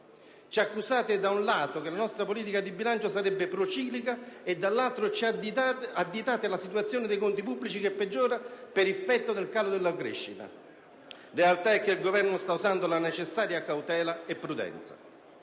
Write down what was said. ci accusate che la nostra politica di bilancio sarebbe prociclica e, dall'altro, ci additate la situazione dei conti pubblici che peggiora per effetto del calo della crescita. La realtà è che il Governo sta usando la necessaria cautela e prudenza.